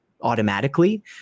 automatically